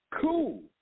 Cool